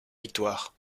victoires